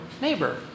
neighbor